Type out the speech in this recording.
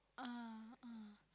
ah ah